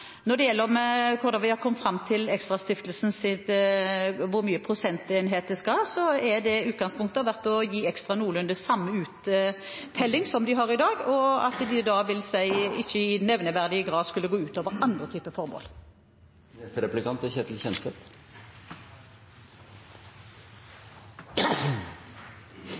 Når det gjelder hvordan vi har kommet fram til hvor mange prosentenheter ExtraStiftelsen skal ha, har utgangspunktet vært å gi ExtraStiftelsen noenlunde samme uttelling som de har i dag, og at det i nevneverdig grad ikke skulle gå ut over andre typer formål.